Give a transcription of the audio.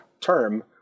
term